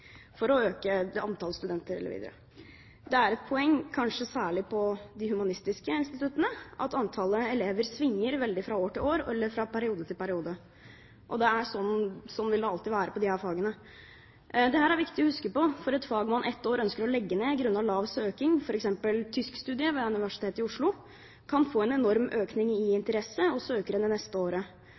for å øke antallet studenter. Det er et poeng, kanskje særlig på de humanistiske instituttene, at antallet elever svinger veldig fra år til år, eller fra periode til periode. Slik vil det alltid være på disse fagene. Dette er det viktig å huske på, for et fag man ett år ønsker å legge ned grunnet lav søkning, f.eks. tyskstudiet ved Universitetet i Oslo, kan få en enorm økning i interesse og søkere det neste året.